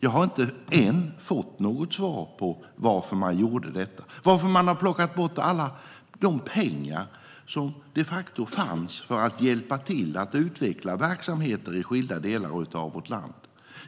Jag har ännu inte fått något svar på varför man gjorde detta och varför man har tagit bort alla de pengar som fanns för att hjälpa till att utveckla verksamheter i skilda delar av vårt land.